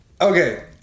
Okay